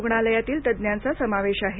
रुग्णालयातील तज्ज्ञांचा समावेश आहे